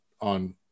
on